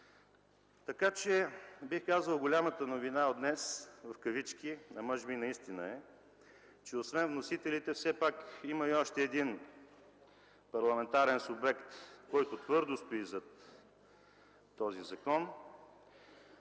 Бих казал, че голямата новина от днес в кавички, а може би наистина е, че освен вносителите, все пак има и още един парламентарен субект, който стои твърдо зад този закон